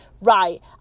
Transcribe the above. right